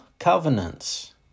Covenants